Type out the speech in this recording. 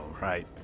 right